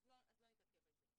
אז לא נתעכב על זה.